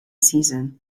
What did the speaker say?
season